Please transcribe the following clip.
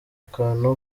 akantu